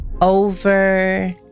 over